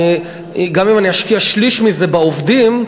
גם אם אשקיע שליש מזה בעובדים,